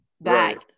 back